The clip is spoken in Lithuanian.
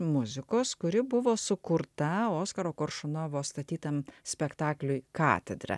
muzikos kuri buvo sukurta oskaro koršunovo statytam spektakliui katedra